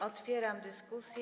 Otwieram dyskusję.